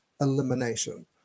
elimination